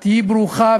תהיי ברוכה,